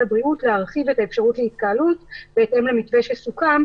הבריאות להרחיב את האפשרות להתקהלות בהתאם למתווה שסוכם,